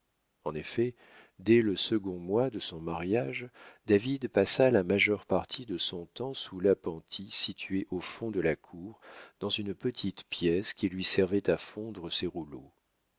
en effet dès le second mois de son mariage david passa la majeure partie de son temps sous l'appentis situé au fond de la cour dans une petite pièce qui lui servait à fondre ses rouleaux